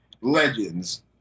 legends